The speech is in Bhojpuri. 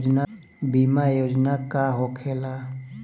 बीमा योजना का होखे ला?